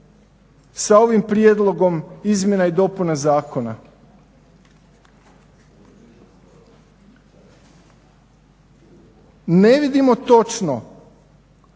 sa ovim prijedlogom izmjena i dopuna zakona. Ne vidimo točno